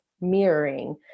mirroring